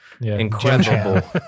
incredible